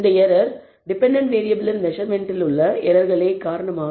இந்த error dependent வேறியபிளின் மெசர்மென்ட்டிலுள்ள எரர்களே காரணமாகும்